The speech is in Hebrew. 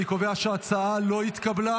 אני קובע שההצעה לא התקבלה.